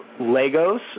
Legos